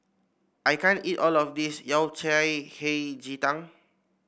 I can't eat all of this Yao Cai Hei Ji Tang